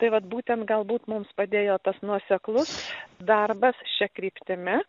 tai vat būtent galbūt mums padėjo tas nuoseklus darbas šia kryptimi